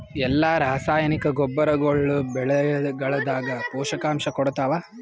ಎಲ್ಲಾ ರಾಸಾಯನಿಕ ಗೊಬ್ಬರಗೊಳ್ಳು ಬೆಳೆಗಳದಾಗ ಪೋಷಕಾಂಶ ಕೊಡತಾವ?